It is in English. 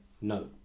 no